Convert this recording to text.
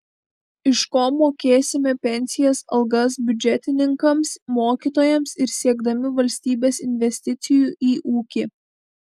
iš ko mokėsime pensijas algas biudžetininkams mokytojams ir siekdami valstybės investicijų į ūkį